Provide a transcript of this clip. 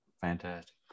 Fantastic